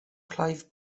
clive